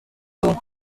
του